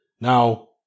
Now